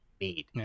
need